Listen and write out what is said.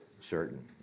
certain